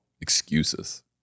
Excuses